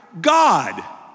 God